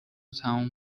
تموم